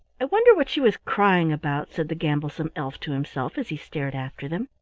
i wonder what she was crying about, said the gamblesome elf to himself, as he stared after them.